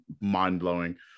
mind-blowing